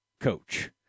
coach